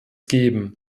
geben